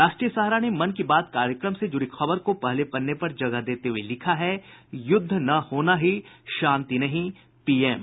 राष्ट्रीय सहारा ने मन की बात कार्यक्रम से जुड़ी खबर को पहले पन्ने पर जगह देते हुये लिखा है युद्ध न होना ही शांति नहीं पीएम